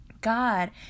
God